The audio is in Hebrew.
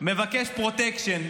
מבקש פרוטקשן.